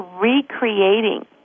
recreating